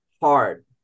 hard